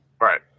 Right